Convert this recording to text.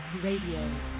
Radio